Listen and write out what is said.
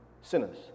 sinners